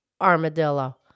armadillo